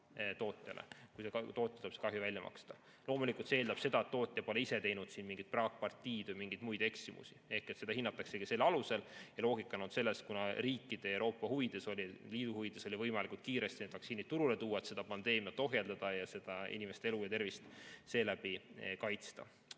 tootjale tuleb see kahju välja maksta. Loomulikult see eeldab seda, et tootja pole ise teinud mingit praakpartiid või mingeid muid eksimusi, seda hinnataksegi selle alusel. Ja loogika on olnud selles, kuna riikide ja Euroopa Liidu huvides oli võimalikult kiiresti need vaktsiinid turule tuua, et seda pandeemiat ohjeldada ja inimeste elu ja tervist seeläbi kaitsta.